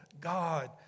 God